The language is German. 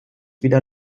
wieder